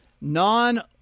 non